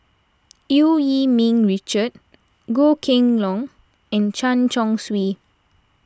Eu Yee Ming Richard Goh Kheng Long and Chen Chong Swee